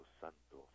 santo